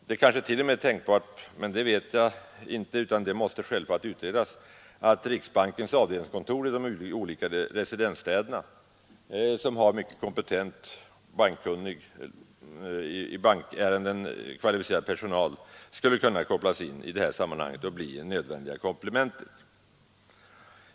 Det kanske t.o.m. är tänkbart — men det vet jag inte, utan det måste självfallet utredas — att riksbankens avdelningskontor i de olika residensstäderna, som har kompetent och i bankärenden mycket kvalificerad personal, skulle kunna kopplas in i detta sammanhang och bli det nödvändiga komplementet.